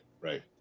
right